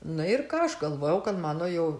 nu ir ką aš galvojau kad mano jau